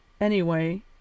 Anyway